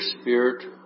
spirit